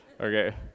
Okay